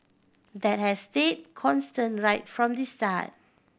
that has stayed constant right from the start